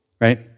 right